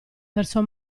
verso